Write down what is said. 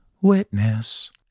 Witness